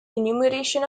enumeration